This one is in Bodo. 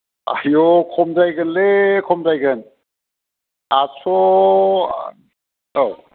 आइय' खमद्रायगोनलै खमद्रायगोन आदस' औ